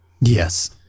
Yes